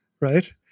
right